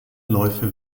läufe